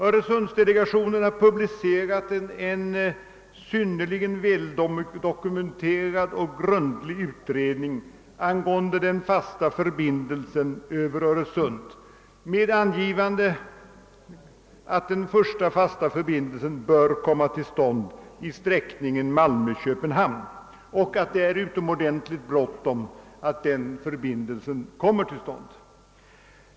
Öresundsdelegationen har publicerat en synnerligen väldokumenterad och grundlig utredning angående den fasta förbindelsen över Öresund, med angivande av att en sådan i första hand bör anläggas i sträckningen Malmö—Köpenhamn och att det är utomordentligt bråttom att den kommer till stånd.